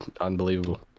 unbelievable